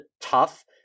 tough